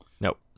Nope